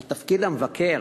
על תפקיד המבקר,